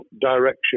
direction